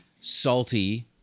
salty